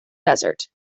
desert